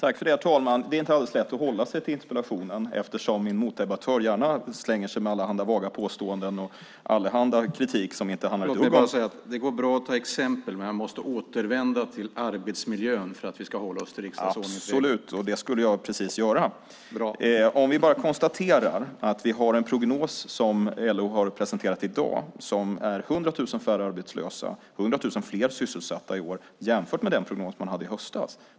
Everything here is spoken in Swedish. Herr talman! Det är inte alldeles lätt att hålla sig till interpellationen eftersom min motdebattör gärna slänger sig med allehanda vaga påståenden och kommer med kritik som inte ett dugg handlar om sakfrågan. Låt oss konstatera att LO i dag presenterat en prognos som visar på 100 000 färre arbetslösa, 100 000 fler sysselsatta i år jämfört med den prognos de gjorde i höstas.